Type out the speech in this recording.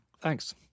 Thanks